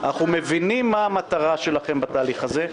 אנחנו מבינים מה המטרה שלכם בתהליך הזה.